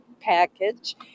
package